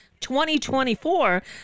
2024